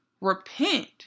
repent